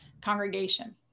congregation